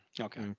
Okay